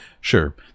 sure